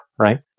Right